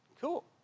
cool